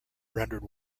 rendered